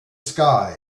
sky